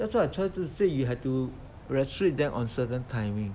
that's why I try to say you have to restrict them on certain timing